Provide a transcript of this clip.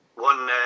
one